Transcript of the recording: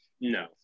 No